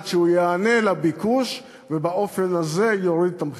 שהוא יענה על הביקוש ובאופן הזה יוריד את המחירים.